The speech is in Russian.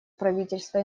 правительства